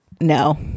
no